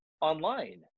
online